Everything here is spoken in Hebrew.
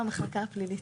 מהמחלקה הפלילית.